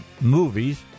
movies